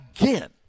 again